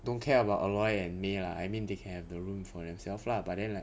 don't care about aloy and may lah I mean they can have the room for themselves lah but then like